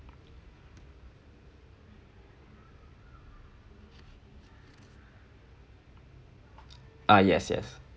ah yes yes